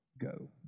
go